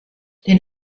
den